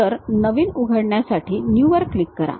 तर नवीन उघडण्याकरिता New वर क्लिक करा